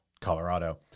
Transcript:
Colorado